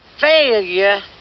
failure